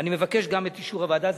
ואני מבקש גם את אישור המליאה.